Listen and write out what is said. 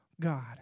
God